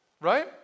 right